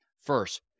First